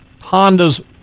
Honda's